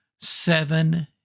seven